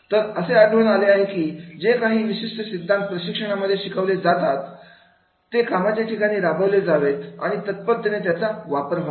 तर असे आढळून आलेले आहे की जे काही विशिष्ट सिद्धांत प्रशिक्षणामध्ये शिकवले जातात ते कामाच्या ठिकाणी राबवले जावेत आणि तत्परतेने त्याचा वापर करावा